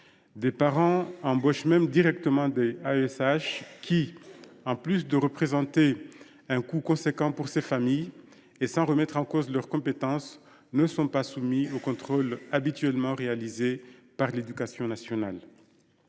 des parents embauchent directement des AESH, qui, en plus de représenter une dépense significative pour ces familles, et sans remettre en cause leurs compétences, ne sont pas soumis aux contrôles habituellement réalisés par l’éducation nationale.